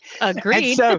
Agreed